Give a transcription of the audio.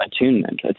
attunement